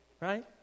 Right